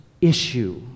issue